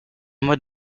modes